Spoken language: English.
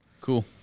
Cool